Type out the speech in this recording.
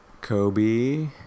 Kobe